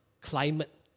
climate